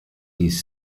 these